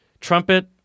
trumpet